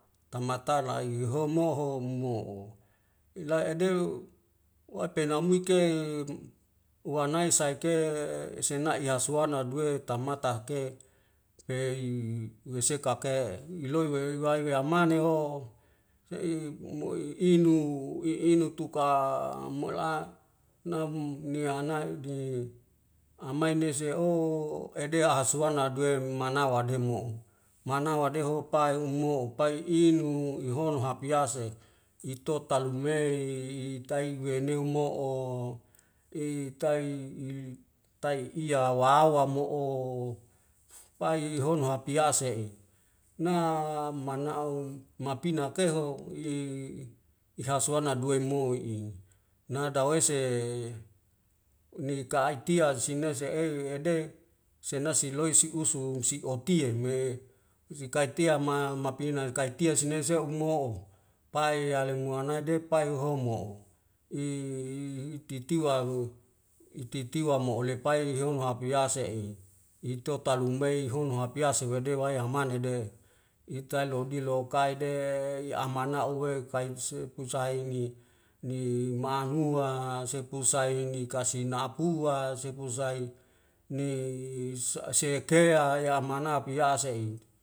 Tamata la'i ihomo homo'o ila'e dew wapena muik ke wanai saike sena'yaswana duwe tamatah ke pei wesekake iloi wewe wai e yamani ho se'i umu i'inu i inu tuka mala nam nihanai'di amainese'o ede haswana duwe mana wademo'o mana wadeho pae umo pae i'inu ihona habyase itotal lumei itai gueneu mo'o i tai ilik tai iya wawa mo'o. pai hono hapiyase'e na mana'u mapina keho i i hauswana duwe moi'i nada wese ni ka'aitia sinese'e ede senase si loi si usung si otie me sikaitia ma mapina kaitia sinese'omo'o pai yale moanae depai homo'o i i titiwalu ititiwa mo'o lepai lehomo hapease'e itotal lumei hono hapiase wede wayah mane de itai lodi lokaele i amana uwekaitssepu sahini ni manua sepu saini kasi napua sepu saini sa' seakea yamanap yasei'it